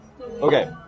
Okay